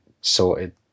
sorted